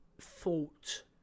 thought